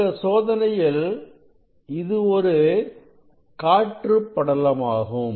இந்த சோதனையில் இது ஒரு காற்று படலமாகும்